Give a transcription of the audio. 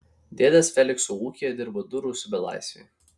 dėdės felikso ūkyje dirbo du rusų belaisviai